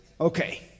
Okay